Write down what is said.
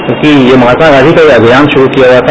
क्योंकि यह महात्मा गांधी का एक अभियान शुरू किया हुआ था